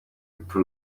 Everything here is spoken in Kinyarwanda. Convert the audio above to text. urupfu